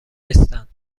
نیستند